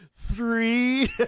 Three